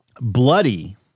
bloody